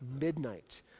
midnight